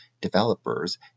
developers